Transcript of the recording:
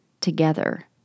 together